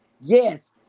Yes